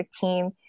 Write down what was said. team